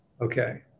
Okay